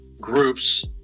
groups